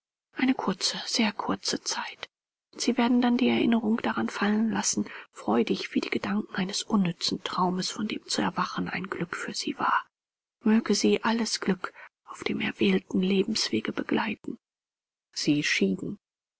eine kurze sehr kurze zeit und sie werden dann die erinnerung daran fallen lassen freudig wie die gedanken eines unnützen traumes von dem zu erwachen ein glück für sie war möge sie alles glück auf dem erwählten lebenswege begleiten sie schieden